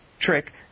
trick